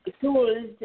tools